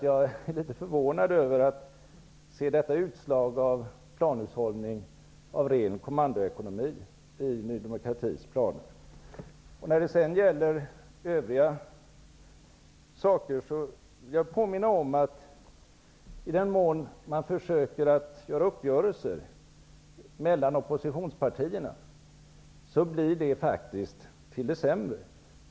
Jag är litet förvånad över att se detta utslag av planhushållning, av ren kommandoekonomi, i Ny demokratis planer. När det gäller övriga saker vill jag påminna om att i den mån man försöker att göra uppgörelser mellan oppositionspartierna, blir det faktiskt till det sämre.